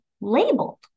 labeled